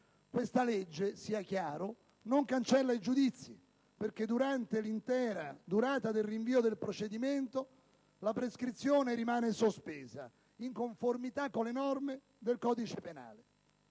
di legge - sia chiaro - non cancella i giudizi, perché durante l'intera durata del rinvio del procedimento la prescrizione rimane sospesa, in conformità con le norme del codice penale.